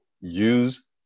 use